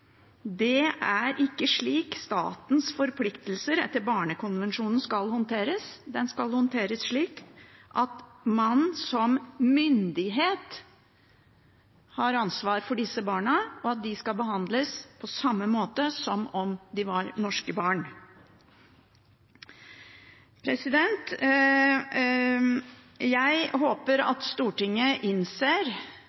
Det er ikke slik statens forpliktelser etter barnekonvensjonen skal håndteres. Det skal håndteres slik at man som myndighet har ansvar for disse barna, og at de skal behandles på samme måte som om de var norske barn. Jeg håper